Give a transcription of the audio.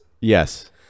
Yes